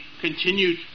continued